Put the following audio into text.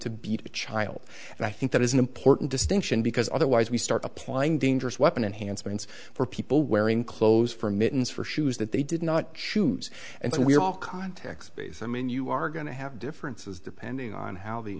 to beat a child and i think that is an important distinction because otherwise we start applying dangerous weapon and hand springs for people wearing clothes for mittens for shoes that they did not shoes and so we are all contacts i mean you are going to have differences depending on how the